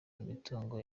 imitungo